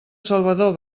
salvador